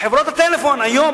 חברות הטלפון היום,